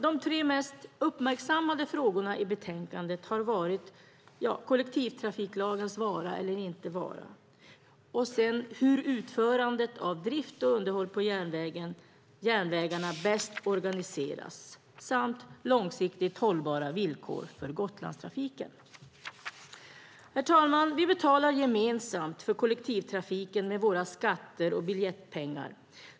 De tre mest uppmärksammade frågorna i betänkandet har varit kollektivtrafiklagens vara eller inte vara, hur utförandet av drift och underhåll på järnvägarna bäst organiseras och långsiktigt hållbara villkor för Gotlandstrafiken. Herr talman! Vi betalar gemensamt för kollektivtrafiken med våra skatter och biljettpengar.